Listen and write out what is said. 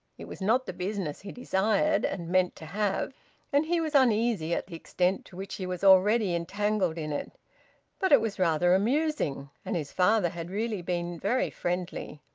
it was not the business he desired and meant to have and he was uneasy at the extent to which he was already entangled in it but it was rather amusing, and his father had really been very friendly.